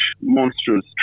monstrous